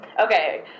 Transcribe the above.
Okay